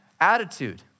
attitude